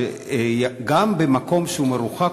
גם במקום שהוא מרוחק,